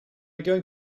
going